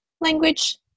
language